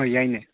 ꯍꯣꯏ ꯌꯥꯏꯅꯦ